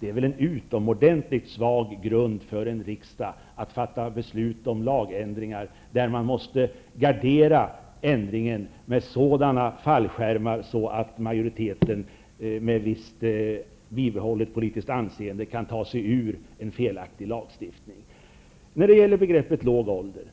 Det är väl en utomordentligt svag grund för riksdagen när det gäller att fatta beslut om lagändringar. Man måste alltså för den ändring som skall göras gardera sig med sådana fallskärmar att majoriteten med i viss mån bibehållet politiskt anseende kan komma ifrån en felaktig lagstiftning. Varför skall inte begreppet låg ålder